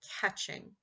catching